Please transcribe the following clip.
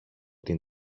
την